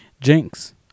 Jinx